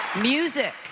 Music